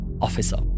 Officer